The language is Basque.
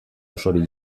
osorik